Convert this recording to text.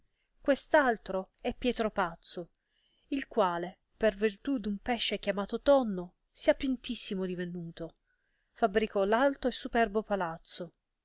fanciullo quest'altro è pietro pazzo il quale per virtù d un pesce chiamato tonno sapientissimo divenuto fabricò l alto e superbo palazzo